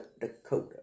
Dakota